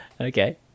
okay